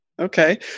Okay